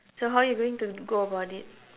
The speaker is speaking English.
so how you going to go about it